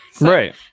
Right